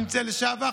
שנמצא פה,